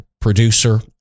producer